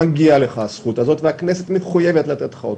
מגיעה לי הזכות הזאת והכנסת מחויבת לתת לי אותה.